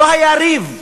לא היה ריב.